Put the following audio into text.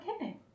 Okay